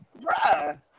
Bruh